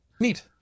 Neat